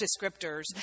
descriptors